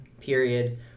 period